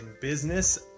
business